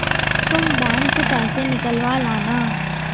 तुम बैंक से पैसे निकलवा लाना